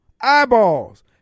Eyeballs